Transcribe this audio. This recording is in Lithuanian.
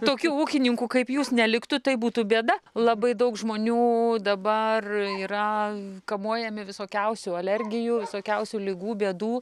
tokių ūkininkų kaip jūs neliktų tai būtų bėda labai daug žmonių dabar yra kamuojami visokiausių alergijų visokiausių ligų bėdų